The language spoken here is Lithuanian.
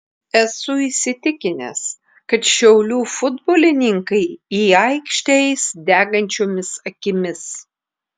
esu įsitikinęs kad šiaulių futbolininkai į aikštę eis degančiomis akimis